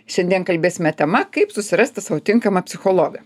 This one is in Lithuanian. šiandien kalbėsime tema kaip susirasti sau tinkamą psichologą